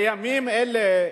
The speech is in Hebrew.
בימים אלה,